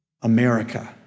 America